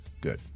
Good